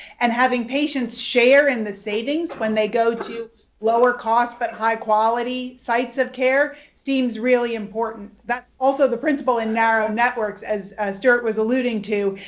and having patients share in the savings when they go to lower cost but high-quality sites of care, seems really important. that's also the principle in narrow networks, as as stuart was alluding to,